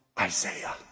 Isaiah